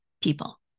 people